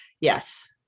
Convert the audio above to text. yes